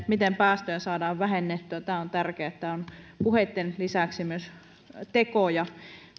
miten päästöjä saadaan vähennettyä tämä on tärkeää että on puheitten lisäksi myös tekoja